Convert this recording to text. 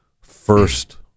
first